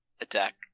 attack